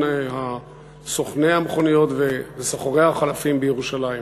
סוכני המכוניות וסוחרי החלפים בירושלים,